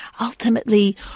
Ultimately